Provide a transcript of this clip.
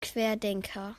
querdenker